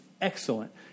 excellent